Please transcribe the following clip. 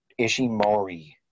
Ishimori